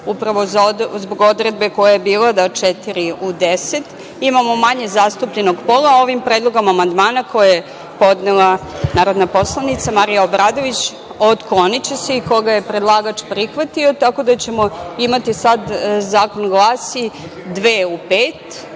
upravo zbog odredbe koja je bila četiri u 10, imamo manje zastupljenog pola. Ovim predlogom amandmana koje je podnela narodna poslanica Marija Obradović otkloniće se i koga je predlagač prihvatio tako da ćemo imati sad, zakon glasi – dve